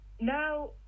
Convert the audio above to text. Now